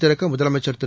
திறக்க முதலமைச்சா் திரு